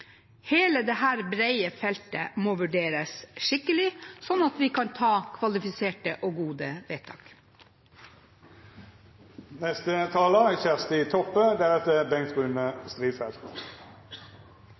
Hele dette brede feltet må vurderes skikkelig, sånn at vi kan gjøre kvalifiserte og gode vedtak. Det er